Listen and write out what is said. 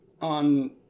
on